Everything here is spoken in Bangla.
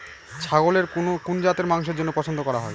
ছাগলের কোন জাত মাংসের জন্য পছন্দ করা হয়?